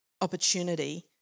opportunity